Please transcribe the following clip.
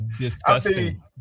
disgusting